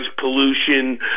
pollution